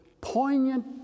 poignant